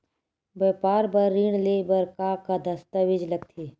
व्यापार बर ऋण ले बर का का दस्तावेज लगथे?